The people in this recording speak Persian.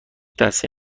دسته